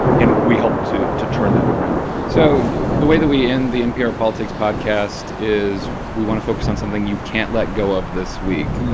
and we helped to to turn that around so the way that we end the npr politics podcast is we want to focus on something you can't let go of this week,